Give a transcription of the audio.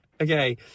okay